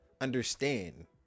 understand